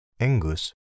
engus